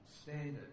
Standard